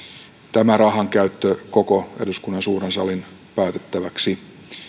tämä rahankäyttö koko eduskunnan suuren salin päätettäväksi